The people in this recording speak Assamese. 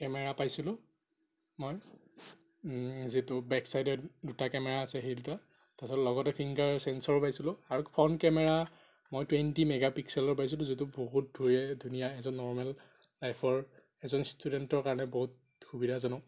কেমেৰা পাইছিলোঁ মই যিটো বেক্ চাইডে দুটা কেমেৰা আছে সেই দুটা তাৰপাছত লগতে ফিংগাৰ চেন্সৰ পাইছিলোঁ আৰু ফ্ৰণ্ট কেমেৰা মই টুৱেণ্টি মেগাপিক্সেলৰ পাইছিলোঁ যিটো বহুত ধুনীয়া এজন নৰ্মেল লাইফৰ এজন ষ্টুডেণ্টৰ কাৰণে বহুত সুবিধাজনক